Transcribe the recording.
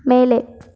மேலே